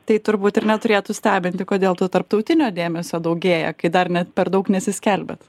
tai turbūt ir neturėtų stebinti kodėl to tarptautinio dėmesio daugėja kai dar net per daug nesiskelbiat